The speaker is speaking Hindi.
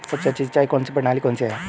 सबसे अच्छी सिंचाई प्रणाली कौन सी है?